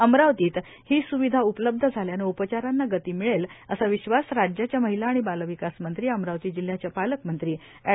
अमरावतीत ही सुविधा उपलब्ध झाल्यानं उपचारांना गती मिळेल असा विश्वास राज्याच्या महिला आणि बालविकास मंत्री अमरावती जिल्ह्याच्या पालकमंत्री अँड